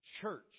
church